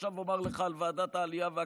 ועכשיו אומר לך על ועדת העלייה והקליטה,